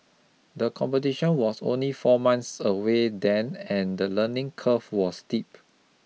the competition was only four months away then and the learning curve was steep